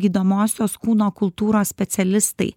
gydomosios kūno kultūros specialistai